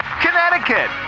Connecticut